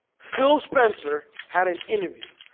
phil spencer had an interview